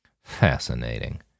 Fascinating